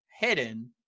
hidden